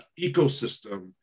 ecosystem